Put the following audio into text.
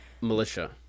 militia